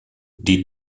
die